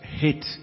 hit